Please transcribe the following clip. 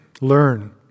learn